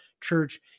church